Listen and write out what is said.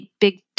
big